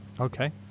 Okay